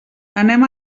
anem